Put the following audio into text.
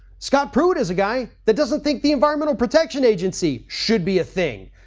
scott pruitt is a guy that doesn't think the environmental protection agency should be a thing.